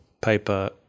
paper